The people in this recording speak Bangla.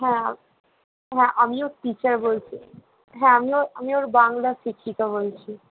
হ্যাঁ হ্যাঁ আমি ওর টিচার বলছি হ্যাঁ আমি ওর আমি ওর বাংলার শিক্ষিকা বলছি